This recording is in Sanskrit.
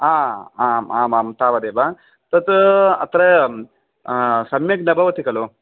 आम् आम् आम् तावदेव तत् अत्र सम्यक् न भवति खलु